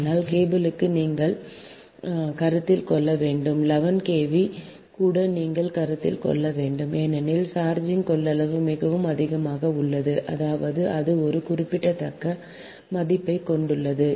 ஆனால் கேபிளுக்கு நீங்கள் கருத்தில் கொள்ள வேண்டும் 11 KV கூட நீங்கள் கருத்தில் கொள்ள வேண்டும் ஏனெனில் சார்ஜிங் கொள்ளளவு மிகவும் அதிகமாக உள்ளது அதாவது அது ஒரு குறிப்பிடத்தக்க மதிப்பைக் கொண்டுள்ளது